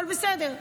אבל בסדר.